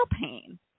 pain